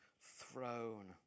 throne